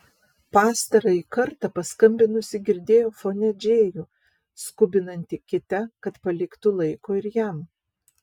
pastarąjį kartą paskambinusi girdėjo fone džėjų skubinantį kitę kad paliktų laiko ir jam